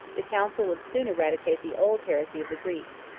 the council would soon eradicate the old heresy of the greeks.